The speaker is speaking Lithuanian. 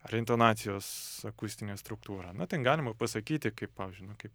ar intonacijos akustinę struktūrą na ten galima pasakyti kaip pavyzdžiui nu kaip